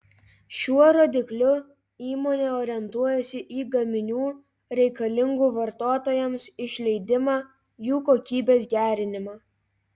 šiuo rodikliu įmonė orientuojasi į gaminių reikalingų vartotojams išleidimą jų kokybės gerinimą